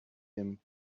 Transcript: him